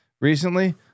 recently